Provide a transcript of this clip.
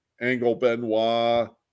Angle-Benoit